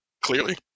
clearly